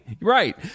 right